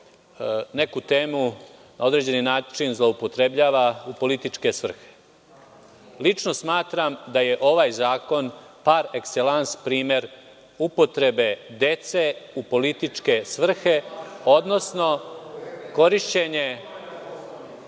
neku temu na određeni način zloupotrebljava u političke svrhe. Lično smatram da je ovaj zakon par ekselans primer upotrebe dece u političke svrhe, odnosno korišćenje